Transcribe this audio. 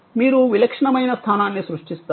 మీరు విలక్షణమైన స్థానాన్ని సృష్టిస్తారు